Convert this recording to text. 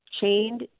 chained